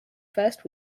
first